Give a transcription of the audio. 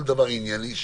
כל דבר ענייני,